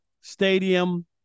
stadium